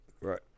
Right